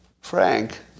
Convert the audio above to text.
Frank